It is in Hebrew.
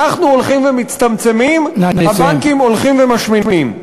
אנחנו הולכים ומצטמצמים, הבנקים הולכים ומשמינים.